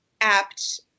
apt